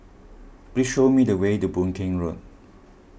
please show me the way to Boon Keng Road